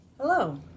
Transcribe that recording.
Hello